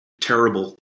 terrible